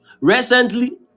recently